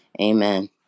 Amen